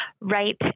right